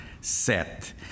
set